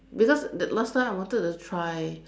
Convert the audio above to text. because last time I wanted to try